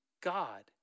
God